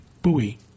buoy